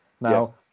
Now